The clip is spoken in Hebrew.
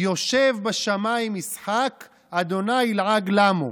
"יושב בשמים ישחק אדוני ילעג למו".